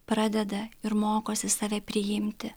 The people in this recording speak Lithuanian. pradeda ir mokosi save priimti